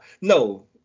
No